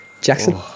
Jackson